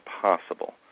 possible